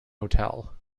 hotel